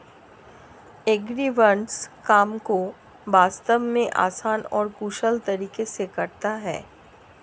agribots काम को वास्तव में आसान और कुशल तरीके से करता है